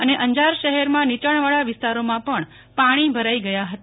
અને અંજાર શહેરમાં નીચાણ વાળા વિસ્તારોમાં પણ પાણી ભરાઈ ગયા હતા